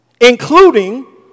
including